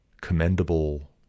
commendable